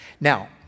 Now